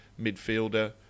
midfielder